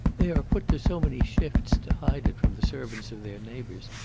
they are put to so many shifts to hide it from the servants of their neighbours,